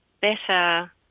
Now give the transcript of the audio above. better